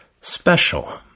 special